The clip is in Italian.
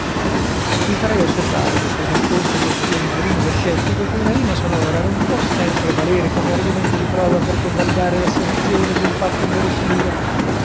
vi farei osservare rispose il visconte col suo risolino da scettico che una rima sonora non può sempre valere come argomento di prova per convalidare l'asserzione di un fatto inverosimile